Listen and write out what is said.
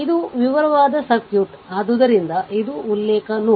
ಇದು ವಿವರವಾದ ಸರ್ಕ್ಯೂಟ್ ಆದ್ದರಿಂದ ಇದು ಉಲ್ಲೇಖ ನೋಡ್